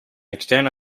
externe